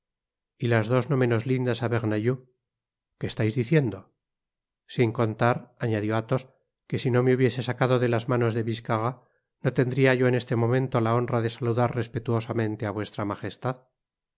y las dos no menos lindas ábernajoux qué estais diciendo sin contar añadió athos qne si no me hubiese sacado de las manos de biscarat no tendria yo en este momento la honra de saludar respetuosamente á vuestra magestad